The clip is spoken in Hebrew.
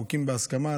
חוקים בהסכמה,